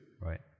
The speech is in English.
Right